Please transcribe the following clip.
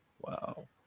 Wow